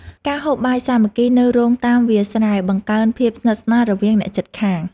ការហូបបាយសាមគ្គីនៅរោងតាមវាលស្រែ បង្កើនភាពស្និទ្ធស្នាលរវាងអ្នកជិតខាង។